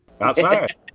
outside